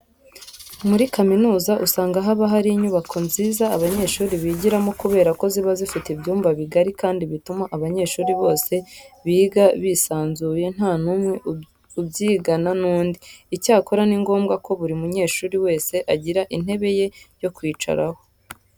Muri kaminuza usanga haba hari inyubako nziza abanyeshuri bigiramo kubera ko ziba zifite ibyumba bigari kandi bituma abanyeshuri bose biga bisanzuye nta n'umwe ubyigana n'undi. Icyakora ni ngombwa ko buri munyeshuri wese agira intebe ye yo kwicaraho.